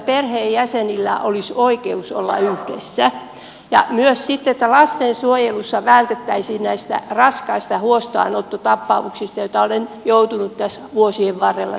perheenjäsenillä olisi oikeus olla yhdessä ja sitten myös toivon että lastensuojelussa vältettäisiin näitä raskaita huostaanottotapauksia joita olen joutunut tässä vuosien varrella seuraamaan